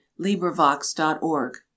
LibriVox.org